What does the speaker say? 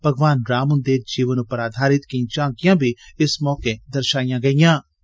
भगवान राम हुंदे जीवन उप्पर आधारित केई झांकियां बी इस मौके दर्शाईयां गेदिआं हिआं